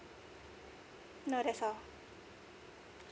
no that's all